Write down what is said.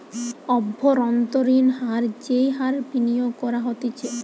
অব্ভন্তরীন হার যেই হার বিনিয়োগ করা হতিছে